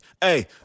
Hey